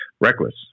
reckless